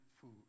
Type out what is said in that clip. food